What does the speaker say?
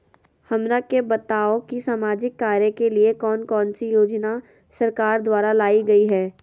हमरा के बताओ कि सामाजिक कार्य के लिए कौन कौन सी योजना सरकार द्वारा लाई गई है?